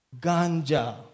Ganja